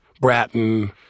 Bratton